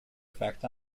effect